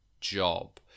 job